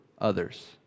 others